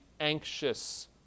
anxious